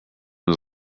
was